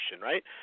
right